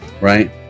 right